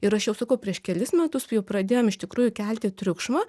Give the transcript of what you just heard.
ir aš jau sakau prieš kelis metus jau pradėjom iš tikrųjų kelti triukšmą